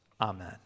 Amen